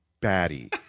batty